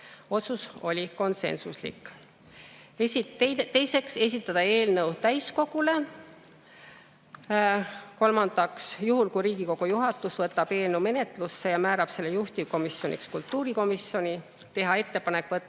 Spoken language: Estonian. Otsus oli konsensuslik. Teiseks, esitada eelnõu täiskogule. Kolmandaks, juhul kui Riigikogu juhatus võtab eelnõu menetlusse ja määrab juhtivkomisjoniks kultuurikomisjoni, teha ettepanek võtta